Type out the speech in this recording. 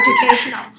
educational